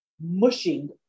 mushing